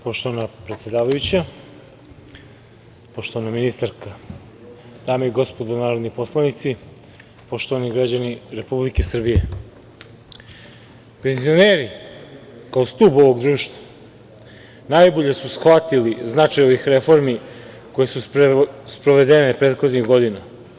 Poštovana predsedavajuća, poštovana ministarka, dame i gospodo narodni poslanici, poštovani građani Republike Srbije, penzioneri kao stub ovog društva, najbolje su shvatili značaj ovih reformi koje su sprovedene prethodnih godina.